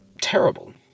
terrible